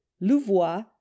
Louvois